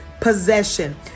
possession